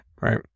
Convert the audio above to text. Right